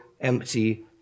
empty